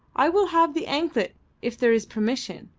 i will have the anklet if there is permission,